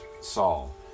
Saul